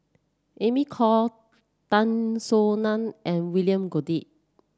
Amy Khor Tan Soo Nan and William Goode